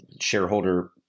shareholder